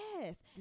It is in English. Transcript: Yes